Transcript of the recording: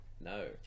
No